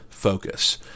Focus